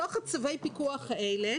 בתוך צווי הפיקוח האלה